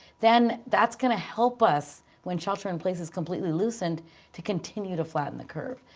then that's going to help us when shelter in place is completely loosened to continue to flatten the curve.